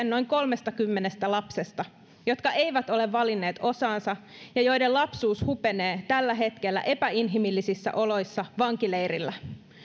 noin kolmestakymmenestä lapsesta jotka eivät ole valinneet osaansa ja joiden lapsuus hupenee tällä hetkellä epäinhimillisissä oloissa vankileirillä